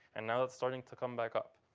and now, that's starting to come back up.